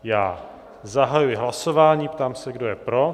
Já zahajuji hlasování a ptám se, kdo je pro?